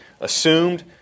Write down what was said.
assumed